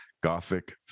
Gothic